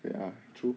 ya true